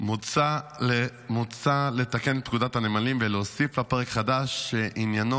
מוצע לתקן את פקודת הנמלים ולהוסיף לה פרק חדש שעניינו